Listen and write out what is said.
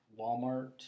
Walmart